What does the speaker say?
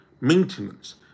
maintenance